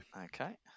Okay